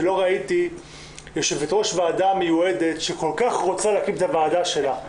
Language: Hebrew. שלא ראיתי יושבת-ראש ועדה מיועדת שכל כך רוצה להקים את הוועדה שלה.